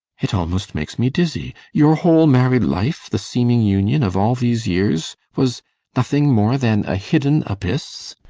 it almost makes me dizzy. your whole married life, the seeming union of all these years, was nothing more than a hidden abyss!